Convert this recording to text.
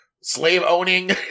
slave-owning